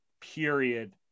period